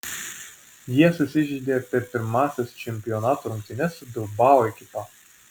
jie susižeidė per pirmąsias čempionato rungtynes su bilbao ekipa